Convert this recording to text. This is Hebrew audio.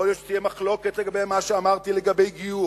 יכול להיות שתהיה מחלוקת על מה שאמרתי לגבי גיור,